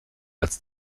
als